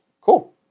cool